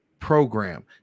Program